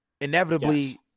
inevitably